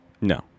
no